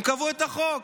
הם קבעו את החוק,